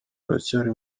uracyari